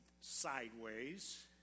sideways